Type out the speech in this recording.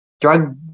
drug